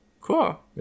Cool